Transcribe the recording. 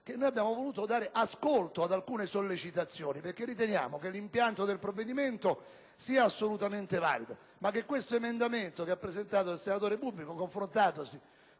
che abbiamo dovuto dare ascolto ad alcune sollecitazioni. Riteniamo che l'impianto del provvedimento sia assolutamente valido, ma che questo emendamento, presentato dal senatore Bubbico, confrontatosi